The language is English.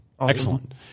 Excellent